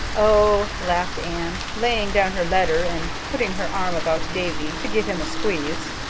oh, laughed anne, laying down her letter and putting her arm about davy to give him a squeeze,